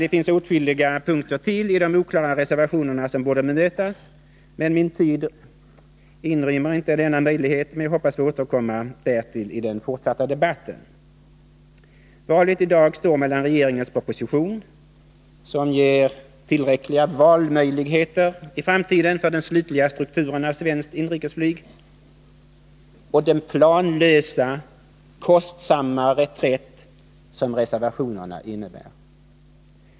Det finns åtskilliga punkter till i de oklara reservationerna som borde bemötas, men min tid inrymmer inte denna möjlighet. Jag hoppas dock få återkomma därtill i den fortsatta debatten. Valet i dag står mellan regeringens proposition, som ger tillräckliga valmöjligheter i framtiden när det gäller den slutliga strukturen av svenskt inrikesflyg, och den planlösa, kostsamma reträtt som reservationerna innebär.